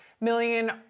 million